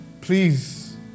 Please